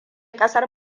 kasar